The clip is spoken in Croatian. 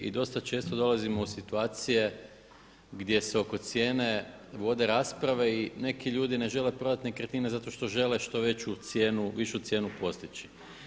I dosta često dolazimo u situacije gdje se oko cijene vode rasprave i neki ljudi ne žele prodati nekretnine zato što žele što veću cijenu, višu cijenu postići.